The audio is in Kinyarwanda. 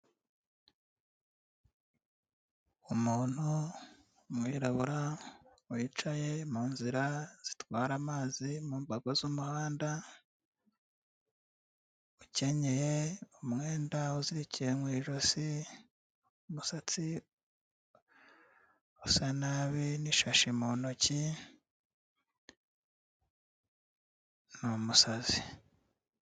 Umuntu w'umwirabura wicaye mu nzira zitwara amazi mu mbago z'umuhanda, ukenyeye umwenda uzirikiye mu ijosi, umusatsi usa nabi n'ishashi mu ntoki, ni umusazi.